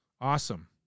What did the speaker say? Awesome